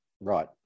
right